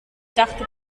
dachte